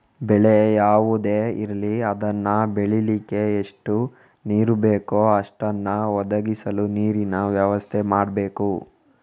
ಬೆಳೆ ಯಾವುದೇ ಇರ್ಲಿ ಅದನ್ನ ಬೆಳೀಲಿಕ್ಕೆ ಎಷ್ಟು ನೀರು ಬೇಕೋ ಅಷ್ಟನ್ನ ಒದಗಿಸಲು ನೀರಿನ ವ್ಯವಸ್ಥೆ ಮಾಡ್ಬೇಕು